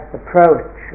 approach